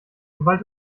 sobald